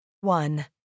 One